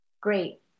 Great